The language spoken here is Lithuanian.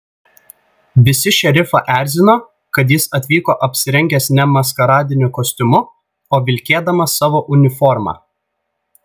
visi šerifą erzino kad jis atvyko apsirengęs ne maskaradiniu kostiumu o vilkėdamas savo uniformą